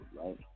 right